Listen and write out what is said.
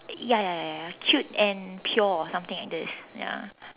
ya ya ya ya ya cute and pure something like this ya